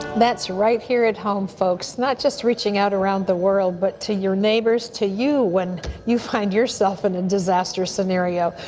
that's right here at home, folks. not just reaching out around the world, but to your neighbors, to you when you find yourself in a and disaster scenario.